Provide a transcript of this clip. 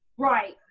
right,